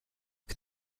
can